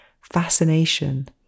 fascination